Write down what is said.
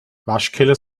waschkeller